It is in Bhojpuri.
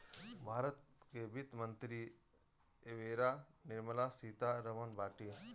भारत के वित्त मंत्री एबेरा निर्मला सीता रमण बाटी